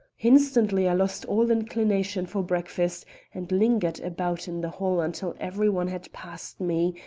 instantly i lost all inclination for breakfast and lingered about in the hall until every one had passed me,